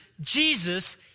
Jesus